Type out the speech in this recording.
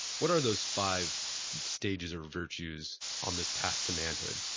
what are those five stages or virtues on this path to manhood?